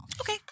Okay